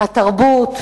התרבות,